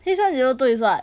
H one zero two is what